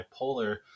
bipolar